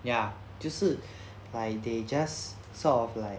ya 就是 like they just sort of like